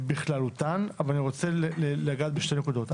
בכללותן אבל אני רוצה לגעת בשתי נקודות.